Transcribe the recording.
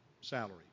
salary